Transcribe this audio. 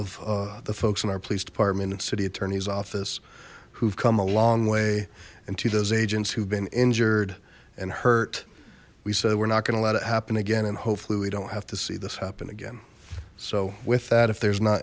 of the folks in our police department and city attorney's office who've come a long way and to those agents who've been injured and hurt we said we're not gonna let it happen again and hopefully we don't have to see this happen again so with that if there's not